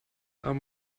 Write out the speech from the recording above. are